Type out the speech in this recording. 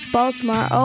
Baltimore